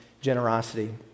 generosity